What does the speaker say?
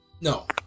No